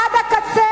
עוד לפני כן עבר זמנך.